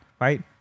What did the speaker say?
right